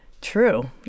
true